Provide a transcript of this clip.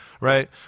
Right